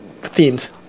themes